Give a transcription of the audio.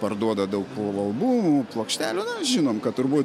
parduoda daug albumų plokštelių žinom kad turbūt